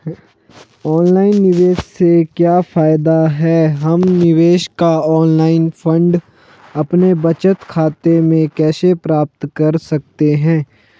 Online निवेश से क्या फायदा है हम निवेश का ऑनलाइन फंड अपने बचत खाते में कैसे प्राप्त कर सकते हैं?